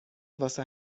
واسه